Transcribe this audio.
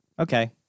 Okay